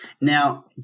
Now